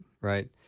right